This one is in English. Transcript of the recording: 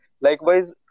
likewise